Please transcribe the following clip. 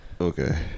okay